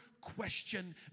question